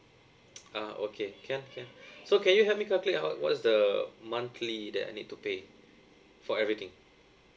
ah okay can can so can you help me calculate out what's the monthly that I need to pay for everything